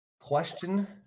Question